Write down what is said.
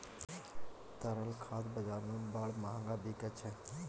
तरल खाद बजार मे बड़ महग बिकाय छै